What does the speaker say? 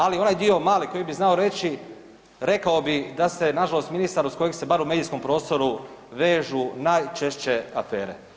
Ali onaj dio mali koji bi znao reći rekao bi da ste nažalost ministar uz kojeg se bar u medijskom prostoru vežu najčešće afere.